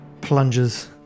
plunges